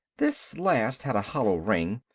this last had a hollow ring,